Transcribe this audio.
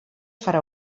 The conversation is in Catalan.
farà